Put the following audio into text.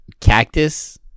Cactus